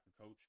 coach